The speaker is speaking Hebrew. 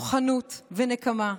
וכוחנות ונקמה.